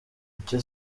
icyo